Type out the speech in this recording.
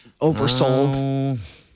oversold